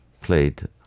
played